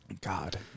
God